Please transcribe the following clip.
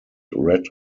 red